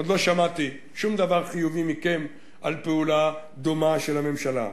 עוד לא שמעתי שום דבר חיובי מכם על פעולה דומה של הממשלה.